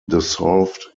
dissolved